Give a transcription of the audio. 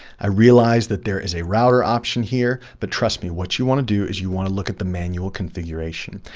i realized that there is a router option here but trust me, what you want to do is you want to look at the manual configuration.